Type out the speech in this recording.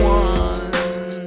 one